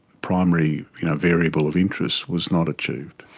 primary variable of interest was not achieved.